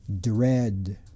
Dread